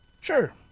Sure